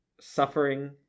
suffering